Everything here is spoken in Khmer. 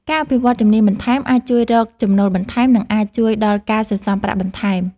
ការអភិវឌ្ឍជំនាញបន្ថែមអាចជួយរកចំណូលបន្ថែម និងអាចជួយដល់ការសន្សំប្រាក់បន្ថែម។